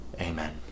Amen